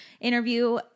interview